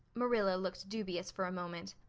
marilla looked dubious for a moment.